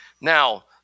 Now